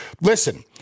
listen